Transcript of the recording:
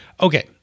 Okay